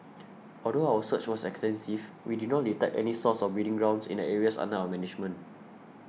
although our search was extensive we did not detect any source or breeding grounds in the areas under our management